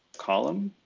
column